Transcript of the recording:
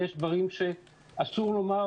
ויש דברים שאסור לומר.